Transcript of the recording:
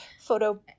photo